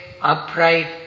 upright